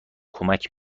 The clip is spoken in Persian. کمک